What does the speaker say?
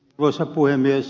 arvoisa puhemies